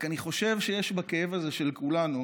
אני רק חושב שיש בכאב הזה של כולנו